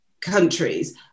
countries